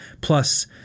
plus